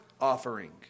offering